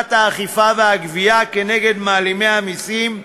והעמקת האכיפה והגבייה נגד מעלימי מסים,